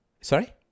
Sorry